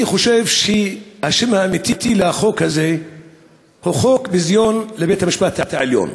אני חושב שהשם האמיתי לחוק הזה הוא: חוק ביזיון לבית-המשפט העליון.